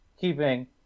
keeping